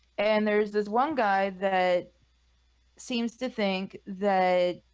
and there's this one guy that seems to think that